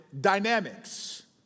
dynamics